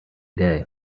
day